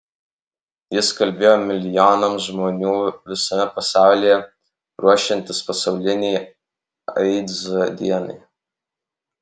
jis kalbėjo milijonams žmonių visame pasaulyje ruošiantis pasaulinei aids dienai